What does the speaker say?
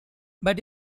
but